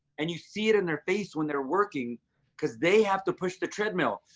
and you see it in their face when they're working because they have to push the treadmill.